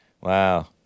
Wow